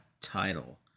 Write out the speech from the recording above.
title